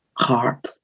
heart